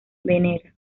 venera